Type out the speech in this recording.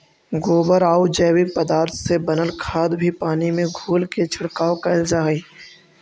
गोबरआउ जैविक पदार्थ से बनल खाद भी पानी में घोलके छिड़काव कैल जा हई